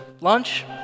lunch